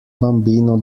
bambino